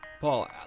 Paul